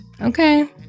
Okay